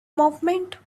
movement